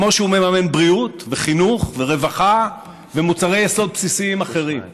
כמו שהוא מממן בריאות וחינוך ורווחה ומוצרי יסוד בסיסיים אחרים,